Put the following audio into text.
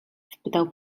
spytał